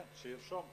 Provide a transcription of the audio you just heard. שירשום,